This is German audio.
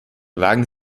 wagen